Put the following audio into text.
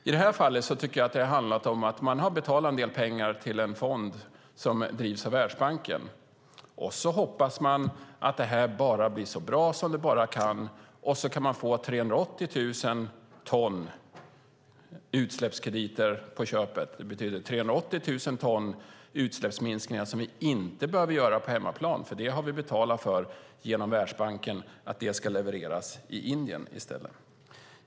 I det här fallet tycker jag att det har handlat om att man har betalat en del pengar till en fond som drivs av Världsbanken, och så hoppas man att det blir så bra som det bara kan - och så kan man få 380 000 ton utsläppskrediter på köpet. Det betyder 380 000 ton utsläppsminskningar som vi inte behöver göra på hemmaplan, eftersom vi genom Världsbanken har betalat för att det ska levereras i Indien i stället.